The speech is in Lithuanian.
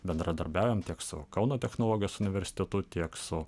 bendradarbiaujam tiek su kauno technologijos universitetu tiek su